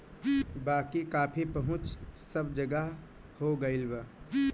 बाकी कॉफ़ी पहुंच सब जगह हो गईल बा